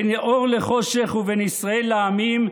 בין אור לחושך ובין ישראל לעמים,